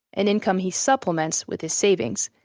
an income he supplements with his savings.